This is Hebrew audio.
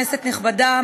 כנסת נכבדה,